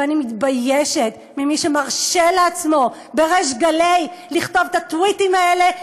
ואני מתביישת במי שמרשה לעצמו בריש גלי לכתוב את הטוויטים האלה,